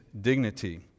dignity